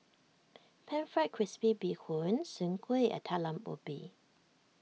Pan Fried Crispy Bee Hoon Soon Kueh and Talam Ubi